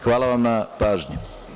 Hvala vam na pažnji.